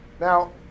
Now